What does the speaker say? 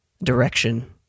direction